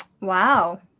Wow